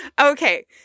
Okay